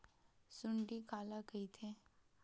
सुंडी काला कइथे?